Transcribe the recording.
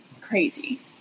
crazy